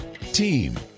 Team